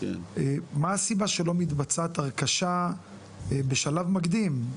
מה הסיבה שלא מתבצעת הרכשה בשלב מקדים,